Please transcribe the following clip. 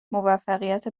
موفقیت